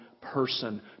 person